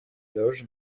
loge